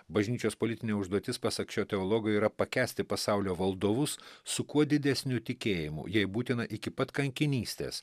bažnyčios politinė užduotis pasak šio teologo yra pakęsti pasaulio valdovus su kuo didesniu tikėjimu jei būtina iki pat kankinystės